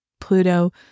Pluto